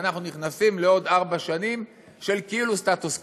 ואנחנו נכנסים לעוד ארבע שנים של כאילו סטטוס קוו.